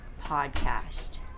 podcast